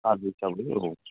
आलु कबि औ